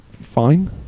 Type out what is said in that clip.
fine